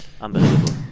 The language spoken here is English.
Unbelievable